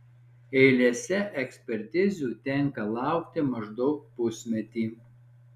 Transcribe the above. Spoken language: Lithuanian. eilėse ekspertizių tenka laukti maždaug pusmetį